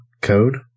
code